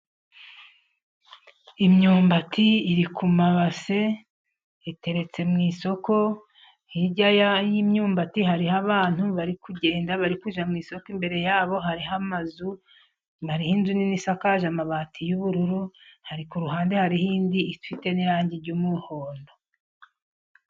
Imyumbati iri ku mabase iteretse mu isoko, hirya y'imyumbati hariho abantu bari kugenda bari kujya mu isoko, imbere yabo hariho amazu. Hariho inzu nini isakaje amabati y'ubururu, ku ruhande hariho indi ifite n'irangi ry'umuhondo.